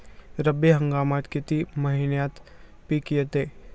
रब्बी हंगामात किती महिन्यांत पिके येतात?